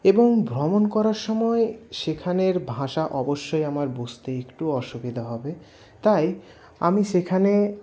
এবং ভ্রমণ করার সময় সেখানের ভাষা অবশ্যই আমার বুঝতে একটু অসুবিধা হবে তাই আমি সেখানে